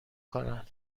کنن